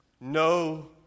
No